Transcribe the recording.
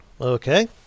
okay